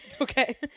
Okay